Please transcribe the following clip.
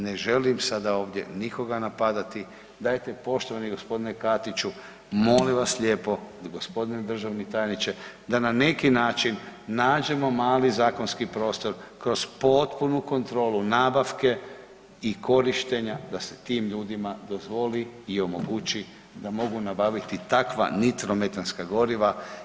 Ne želim sada ovdje nikoga napadati, dajte, poštovani g. Katiću, molim vas lijepo, g. državni tajniče, da na neki način nađemo mali zakonski prostor kroz potpunu kontrolu nabavke i korištenja, da se tim ljudima dozvoli i omogući da mogu nabaviti takva nitrometanska goriva.